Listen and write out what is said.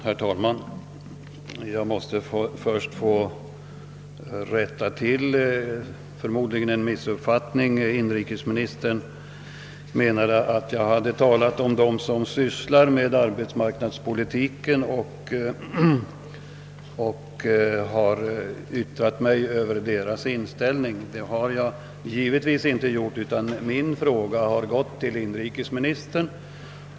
Herr talman! Jag måste först få rätta till vad jag förmodar vara en missuppfattning. Inrikesministern ansåg att jag talade om inställningen hos dem som sysslar med arbetsmarknadspolitiken. Det gjorde jag naturligtvis inte, utan min fråga ställdes till inrikesministern.